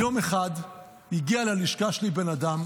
יום אחד הגיע ללשכה שלי בן אדם,